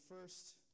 first